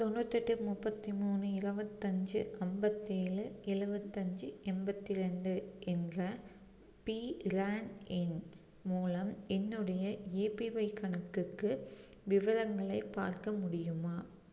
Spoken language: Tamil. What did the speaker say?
தொண்ணூற்தெட்டு முப்பத்து மூணு இருபத்தஞ்சி ஐம்பத்தேலு எலுபத்தஞ்சி எண்பத்தி ரெண்டு என்ற பிரேன் எண் மூலம் என்னுடைய ஏபிஒய் கணக்குக்கு விவரங்களை பார்க்க முடியுமா